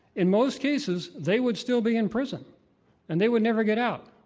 in most cases they would still be in prison and they would never get out,